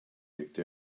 legte